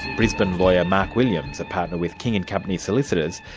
brisbane lawyer mark williams, a partner with king and company solicitors,